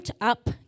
up